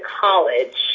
college